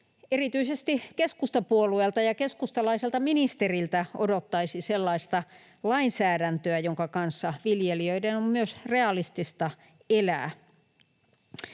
erityisesti keskustapuolueelta ja keskustalaiselta ministeriltä odottaisi sellaista lainsäädäntöä, jonka kanssa viljelijöiden on myös realistista elää.